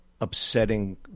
upsetting